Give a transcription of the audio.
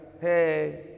hey